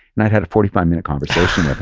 and had had a forty five minute conversation